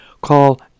Call